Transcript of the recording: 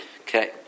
Okay